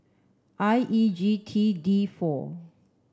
I E G T D four